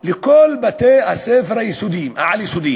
לכל בתי-הספר העל-היסודיים.